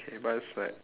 but it's like